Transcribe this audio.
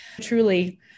truly